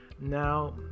now